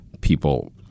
people